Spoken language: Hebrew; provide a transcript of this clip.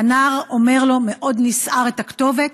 הנער אומר לו, מאוד נסער, את הכתובת,